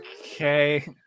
okay